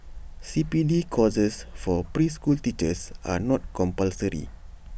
C P D courses for preschool teachers are not compulsory